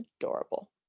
adorable